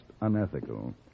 unethical